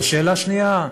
ושאלה שנייה,